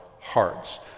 hearts